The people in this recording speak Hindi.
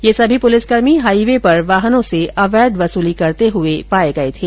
ये सभी पुलिसकर्मी हाईवे पर वाहनों से अवैध वसूली करते हुए पाये गये थे